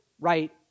right